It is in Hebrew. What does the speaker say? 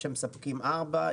יש X מתקנים שמספקים ארבע,